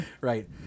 Right